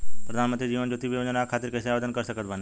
प्रधानमंत्री जीवन ज्योति बीमा योजना खातिर कैसे आवेदन कर सकत बानी?